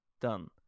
done